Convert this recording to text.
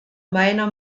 meiner